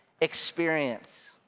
experience